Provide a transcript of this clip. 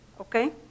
okay